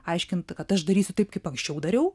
aiškint kad aš darysiu taip kaip anksčiau dariau